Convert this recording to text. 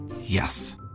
Yes